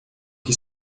que